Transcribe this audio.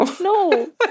No